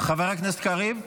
חבר הכנסת קריב?